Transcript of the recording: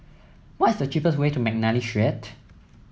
what's the cheapest way to McNally Street